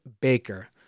Baker